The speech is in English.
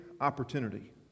opportunity